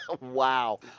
Wow